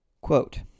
Quote